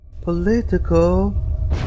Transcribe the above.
political